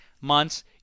months